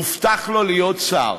הובטח לו להיות שר.